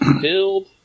filled